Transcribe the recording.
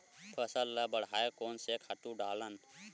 फसल ल बढ़ाय कोन से खातु डालन?